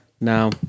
Now